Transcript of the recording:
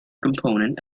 component